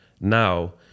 now